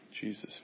Jesus